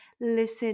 listen